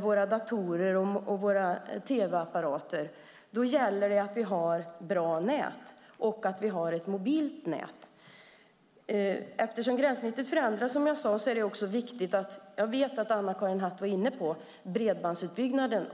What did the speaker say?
våra datorer och tv-apparater, gäller det att vi har bra nät och ett mobilt nät. Eftersom gränssnittet förändras är bredbandsutbyggnaden också viktig - jag vet att Anna-Karin Hatt var inne på det.